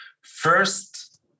First